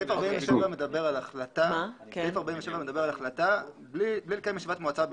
סעיף 47 מדבר על החלטה בלי לקיים ישיבת מועצה.